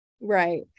Right